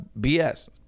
bs